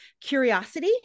curiosity